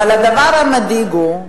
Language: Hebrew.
אבל הדבר המדאיג הוא,